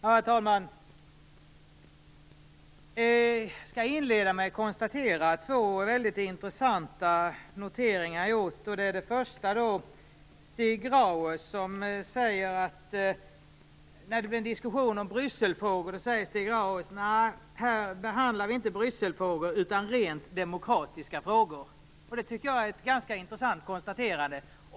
Herr talman! Jag skall inleda med att redovisa två väldigt intressanta noteringar jag har gjort. Den första gäller Stig Grauers som, när det blev en diskussion om Brysselfrågor, sade att vi inte behandlar Brysselfrågor utan rent demokratiska frågor. Det tycker jag är ett ganska intressant konstaterande.